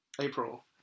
April